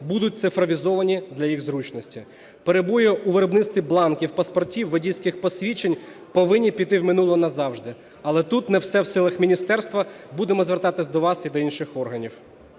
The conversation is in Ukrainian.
будуть цифровізовані для їх зручності. Перебої у виробництві бланків, паспортів, водійських посвідчень повинні піти в минуле назавжди. Але тут не все в силах міністерства, будемо звертатися до вас і до інших органів.